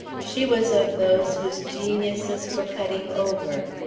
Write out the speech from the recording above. she was of those whose genius is for cutting over.